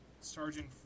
Sergeant